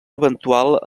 eventual